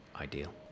ideal